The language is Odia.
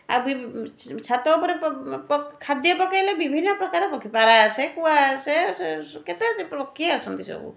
ଆଉ ବି ଛାତ ଉପରେ ଖାଦ୍ୟ ପକେଇଲେ ବିଭିନ୍ନପ୍ରକାର ପକ୍ଷୀ ପାରା ଆସେ କୁଆ ଆସେ ସେ କେତେ ପକ୍ଷୀ ଆସନ୍ତି ସବୁ